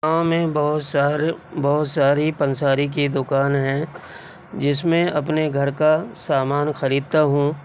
گاؤں میں بہت سارے بہت ساری پنساری کی دکان ہیں جس میں اپنے گھر کا سامان خریدتا ہوں